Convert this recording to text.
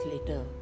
later